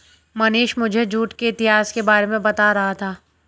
मनीष मुझे जूट के इतिहास के बारे में बता रहा था